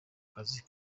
mazi